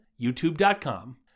YouTube.com